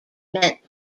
meant